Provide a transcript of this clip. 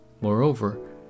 Moreover